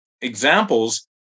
examples